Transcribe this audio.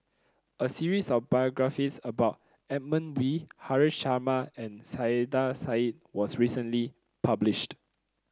a series of biographies about Edmund Wee Haresh Sharma and Saiedah Said was recently published